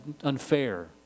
unfair